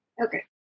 Okay